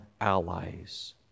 allies